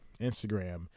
instagram